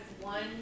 one